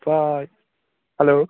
ओमफ्राय हेल्ल'